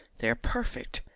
they are perfect.